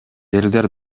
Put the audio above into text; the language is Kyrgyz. элдер